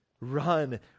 Run